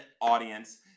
audience